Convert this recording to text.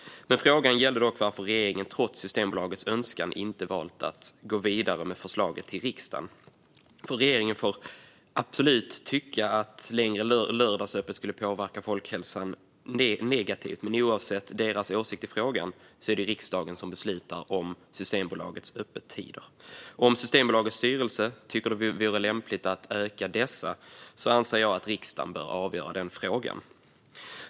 Men frågan gällde dock varför regeringen, trots Systembolagets önskan, inte valt att gå vidare med förslaget till riksdagen. Regeringen får absolut tycka att längre lördagsöppet skulle påverka folkhälsan negativt, men oavsett regeringens åsikt i frågan är det riksdagen som beslutar om Systembolagets öppettider. Om Systembolagets styrelse tycker att det vore lämpligt att utöka dessa anser jag att riksdagen bör avgöra denna fråga.